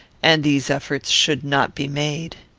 and these efforts should not be made.